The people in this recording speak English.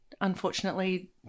unfortunately –